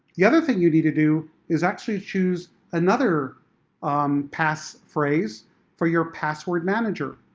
the other thing you need to do, is actually choose another um pass phrase for your password manager.